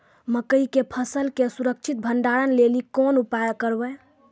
मकई के फसल के सुरक्षित भंडारण लेली कोंन उपाय करबै?